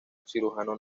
cirujano